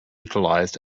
utilized